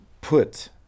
put